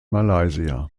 malaysia